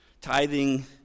Tithing